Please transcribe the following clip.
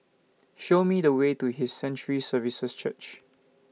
Show Me The Way to His Sanctuary Services Church